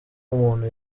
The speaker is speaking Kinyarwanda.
umuntu